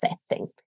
setting